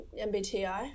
MBTI